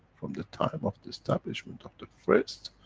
from the time of the establishment of the first.